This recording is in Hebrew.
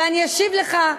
ואני אשיב לך,